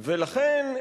ולכן,